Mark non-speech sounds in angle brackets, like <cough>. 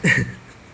<laughs>